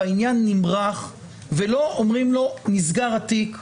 העניין נמרח ולא אומרים לו במהירות שנסגר התיק?